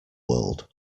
world